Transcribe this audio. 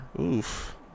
Oof